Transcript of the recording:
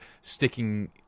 sticking